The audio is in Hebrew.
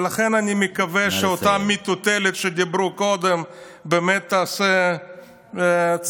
ולכן אני מקווה שאותה מטוטלת שדיברו עליה קודם באמת תעשה צעד